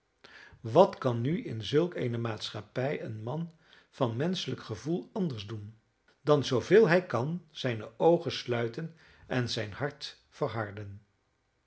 wat kan nu in zulk eene maatschappij een man van menschelijk gevoel anders doen dan zooveel hij kan zijne oogen sluiten en zijn hart